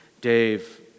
Dave